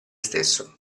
stesso